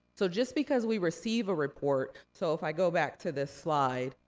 so, just because we receive a report. so, if i go back to this slide,